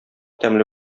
тәмле